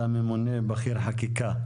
אתה ממונה בכיר חקיקה.